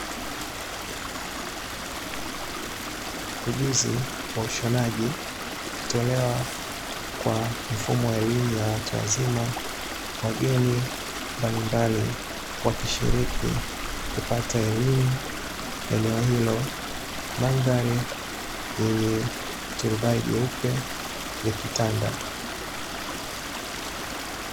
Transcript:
Ujuzi wa ushonaji akitolewa kwa mfumo wa elimu ya watu wazima wageni mbalimbali wakishiriki kupata elimu eneo hilo. Mandhari yenye turubai jeupe likitanda.